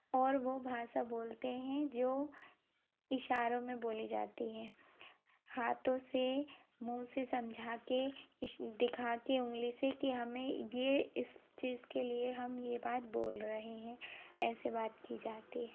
और वो भाषा बोलते हैं जो इशारों में बोली जाती है हाथों से मुँह से समझा के दिखा के उंगली से कि हमें ये इस चीज़ के लिए हम ये बात बोल रहे हैं ऐसे बात की जाती है